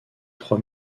trois